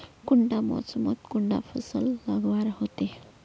कुंडा मोसमोत कुंडा फसल लगवार होते?